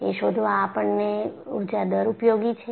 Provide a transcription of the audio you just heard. એ શોધવામાં આપણને ઊર્જા દર ઉપયોગી છે